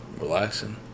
Relaxing